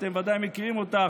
אתם ודאי מכירים אותה,